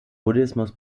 buddhismus